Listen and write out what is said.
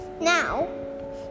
Now